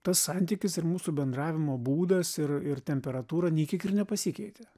tas santykis ir mūsų bendravimo būdas ir ir temperatūra nei kiek ir nepasikeitė